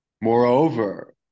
Moreover